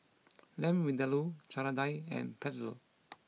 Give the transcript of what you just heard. Lamb Vindaloo Chana Dal and Pretzel